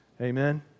Amen